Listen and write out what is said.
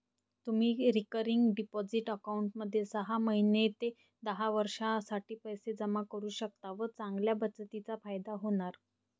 तुम्ही recurring deposit अकाउंटमध्ये सहा महिने ते दहा वर्षांसाठी पैसे जमा करू शकता व चांगल्या बचतीचा फायदा होणार